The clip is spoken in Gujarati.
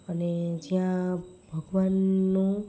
અને જ્યાં ભગવાનનું